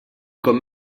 com